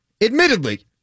admittedly